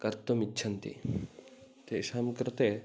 कर्तुम् इच्छन्ति तेषां कृते